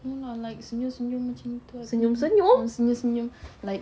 no lah like senyum-senyum macam tu ada lah ah senyum-senyum like